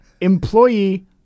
employee